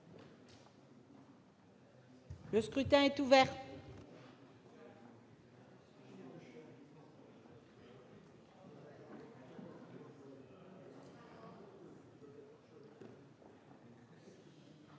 Le scrutin est ouvert.